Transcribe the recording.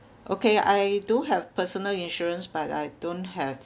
okay I do have personal insurance but I don't have